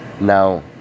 Now